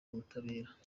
ubutabera